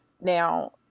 now